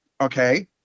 okay